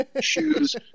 shoes